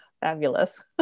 fabulous